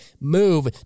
move